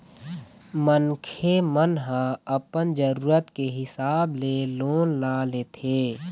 मनखे मन ह अपन जरुरत के हिसाब ले लोन ल लेथे